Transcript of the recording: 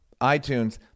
iTunes